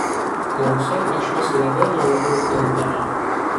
klausau aš vis labiau ir labiau klaikdama